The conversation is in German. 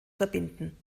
verbinden